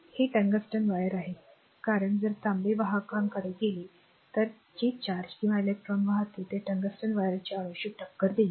हे tungsten wire आहे कारण जर तांबे वाहकांकडे गेले तर जे चार्ज किंवा इलेक्ट्रॉन वाहते ते टंगस्टन वायरच्या अणूशी टक्कर देईल